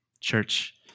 Church